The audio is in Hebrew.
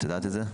את יודעת את זה?